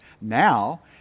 Now